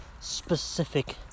specific